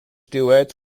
duets